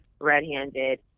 red-handed